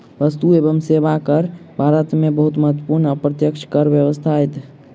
वस्तु एवं सेवा कर भारत में बहुत महत्वपूर्ण अप्रत्यक्ष कर व्यवस्था अछि